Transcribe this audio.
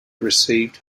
received